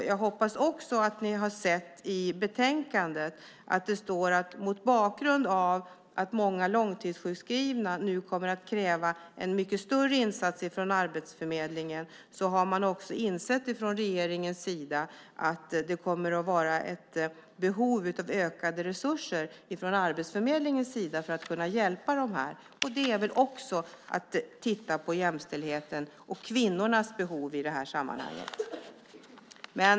Jag hoppas att ni har sett i betänkandet att det står att mot bakgrund av att många långtidssjukskrivna nu kommer att kräva en mycket större insats från Arbetsförmedlingen har man också från regeringens sida insett att det kommer att vara ett behov av ökade resurser till Arbetsförmedlingen för att man ska kunna ge hjälp. Det är väl också att titta på jämställdheten och kvinnornas behov i det här sammanhanget.